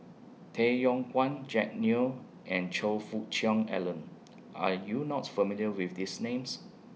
Tay Yong Kwang Jack Neo and Choe Fook Cheong Alan Are YOU not familiar with These Names